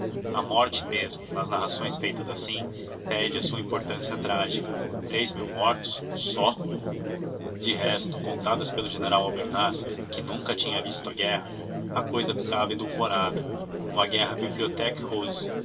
a morte mesmo nas narrações feitas assim perde a sua importância trágica três mil mortos só de resto contadas pelo general albernaz que nunca tinha visto a guerra a cousa ficava edulcorada uma guerra bibliothque rose